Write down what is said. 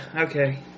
okay